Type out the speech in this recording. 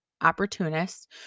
opportunists